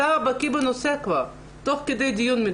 תבקשו ביניכם לבין עצמכם לעשות תיקון לחוויה